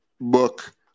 book